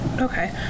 Okay